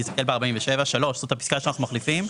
תסתכל ב-47(3) זאת הפסקה שאנחנו מחליפים.